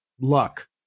luck